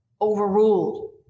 overruled